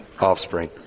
offspring